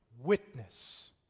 witness